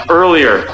earlier